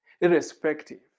irrespective